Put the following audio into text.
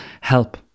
Help